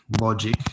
logic